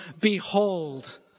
behold